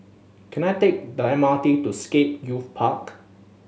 can I take the M R T to Scape Youth Park